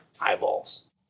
Eyeballs